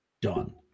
done